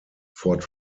fort